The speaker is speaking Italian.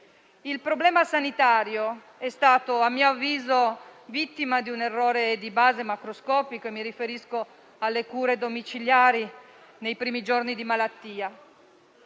Il problema sanitario è stato, a mio avviso, vittima di un errore di base macroscopico; mi riferisco alle cure domiciliari nei primi giorni di malattia.